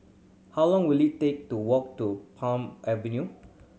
how long will it take to walk to Palm Avenue